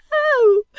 oh